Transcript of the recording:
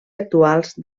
actuals